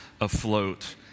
afloat